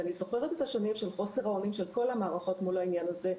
ואני זוכרת את השנים של חוסר האונים של כל המערכות בעניין הזה.